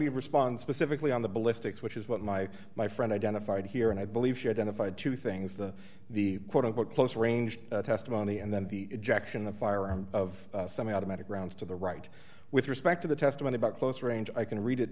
me respond specifically on the ballistics which is what my my friend identified here and i believe she identified two things the the quote unquote close range testimony and then the ejection of firearm of somehow the matter grounds to the right with respect to the testimony about close range i can read it